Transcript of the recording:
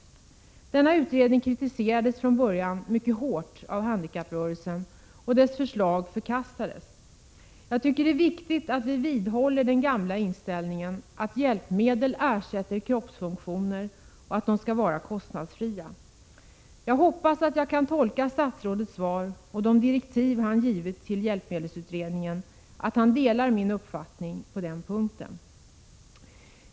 Denna utredning 9 februari 1987 kritiserades från början mycket hårt av handikapprörelsen, och dess förslag förkastades. Jag tycker att det är viktigt att vi vidhåller den gamla inställningen att hjälpmedel ersätter kroppsfunktioner och att de skall vara kostnadsfria. Jag hoppas att jag kan tolka statsrådets svar och de direktiv han givit till hjälpmedelsutredningen så, att han delar min uppfattning på den punkten.